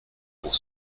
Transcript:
pour